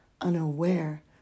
unaware